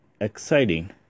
exciting